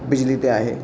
बिजली ते आहे